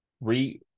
re